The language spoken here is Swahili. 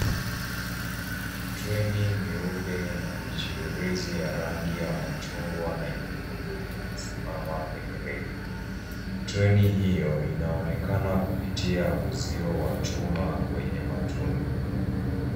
Treni nyeupe na michirizi ya rangi ya machungwa na nyekundu imesimama kwenye reli. Treni hiyo inaonekana kupitia uzio wa chuma wenye matundu.